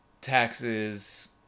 taxes